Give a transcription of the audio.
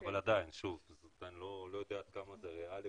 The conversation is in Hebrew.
אני לא יודע כמה זה ריאלי